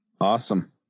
Awesome